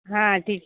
हां ठीक